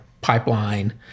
pipeline